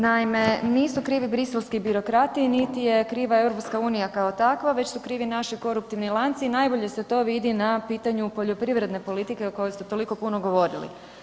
Naime, nisu krivi briselski birokrati niti je kriva EU kao takva već su krivi naši koruptivni lanci i najbolje se to vidi na pitanju poljoprivredne politike o kojoj ste toliko puno govorili.